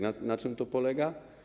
Na czym to polega?